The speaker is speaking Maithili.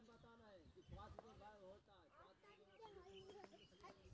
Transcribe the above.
सर हमू अपना पीन कोड भूल गेल जीये?